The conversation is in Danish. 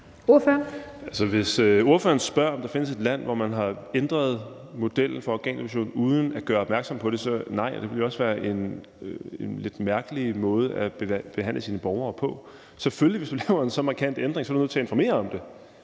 Hvis ordføreren spørger, om der findes et land, hvor man har ændret modellen for organdonation uden at gøre opmærksom på det, er svaret nej, og det ville også være en lidt mærkelig måde at behandle sine borgere på. Hvis man laver en så markant ændring, er man selvfølgelig nødt til at informere om det,